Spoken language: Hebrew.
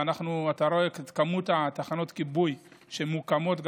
ואתה רואה את מספר תחנות הכיבוי שמוקמות,